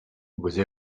because